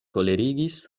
kolerigis